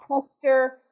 texture